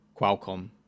Qualcomm